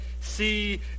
see